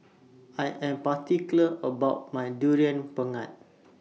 I Am particular about My Durian Pengat